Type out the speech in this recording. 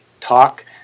talk